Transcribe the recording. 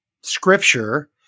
scripture